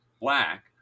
black